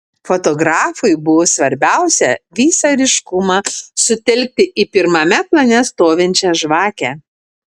fotografui buvo svarbiausia visą ryškumą sutelkti į pirmame plane stovinčią žvakę